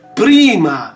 prima